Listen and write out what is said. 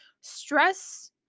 stress